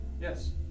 Yes